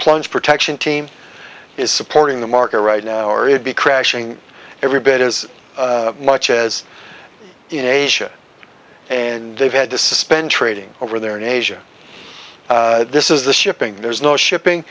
plunge protection team is supporting the market right now or it be crashing every bit as much as in asia and they've had to suspend trading over there in asia this is the shipping there's no shipping